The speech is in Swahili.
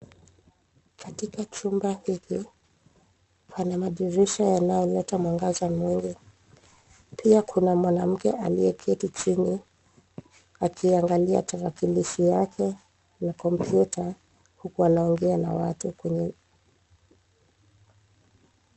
Katika chumba hiki, pana madirisha yanayoleta mwangaza mwingi. Pia kuna mwanamke aliyeketi chini akiangalia tarakilishi yake la kopmyuta huku anaongea na watu kwenye